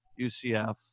UCF